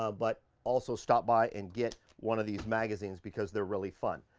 ah but also stop by and get one of these magazines because they're really fun.